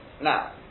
Now